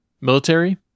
military